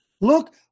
Look